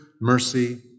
mercy